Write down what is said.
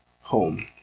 home